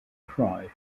cry